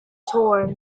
torn